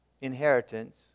inheritance